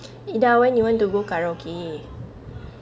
ida when you want to go karaoke